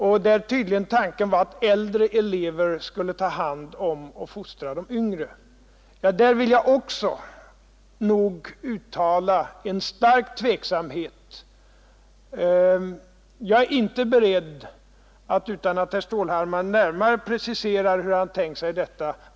Tanken var tydligen att äldre elever skulle ta hand om och fostra de yngre. Där vill nog också jag uttala stark tveksamhet. Jag är inte beredd att acceptera ett sådant förslag utan att herr Stålhammar närmare preciserar hur han tänkt sig detta.